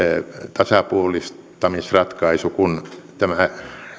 tasapuolistamisratkaisu kun tämä